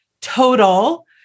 total